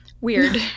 weird